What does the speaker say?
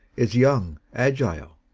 is young, agile,